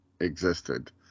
existed